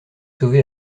sauver